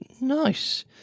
Nice